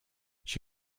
she